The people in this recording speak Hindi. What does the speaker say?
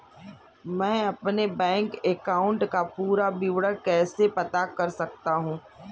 मैं अपने बैंक अकाउंट का पूरा विवरण कैसे पता कर सकता हूँ?